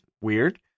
weird